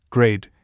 Grade